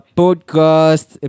podcast